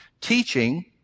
teaching